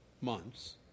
months